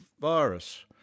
virus